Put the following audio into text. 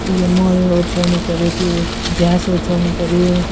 उयो मल ओछ्याउनु पर्यो त्यो झ्यास ओछ्याउनु पर्यो